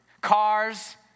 cars